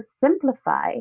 simplify